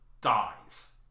dies